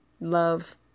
love